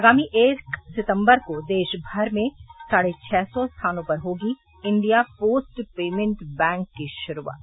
आगामी एक सितम्बर को देशभर में साढ़े छह सौ स्थानों पर होगी इंडिया पोस्ट पेमेंट बैंक की शुरूआत